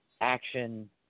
action